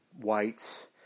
whites